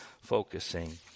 focusing